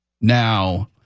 Now